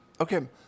okay